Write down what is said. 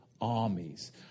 armies